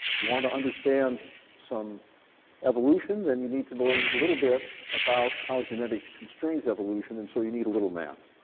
if you want to understand some evolution, then you need to learn a little bit about how genetics constrains evolution, and so you need a little math.